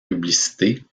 publicités